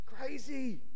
Crazy